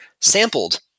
sampled